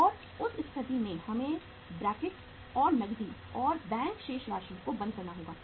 और उस स्थिति में हमें ब्रैकेट और नकदी और बैंक शेष राशि को बंद करना होगा